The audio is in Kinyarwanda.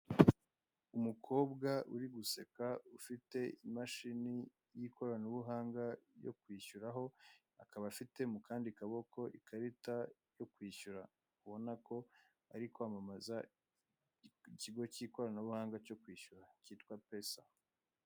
Umukobwa uri guseka ufite imashini y'ikoranabuhanga yo kwishyuraho akaba afite mu kandi kaboko ikarita yo kwishyura ubona ko ari kwamamaza ikigo k'ikoranabuhanga cyo kwishyura kitwa pesa.